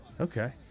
Okay